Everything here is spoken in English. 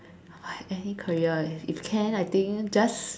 I any career leh if can I think just